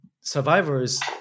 survivors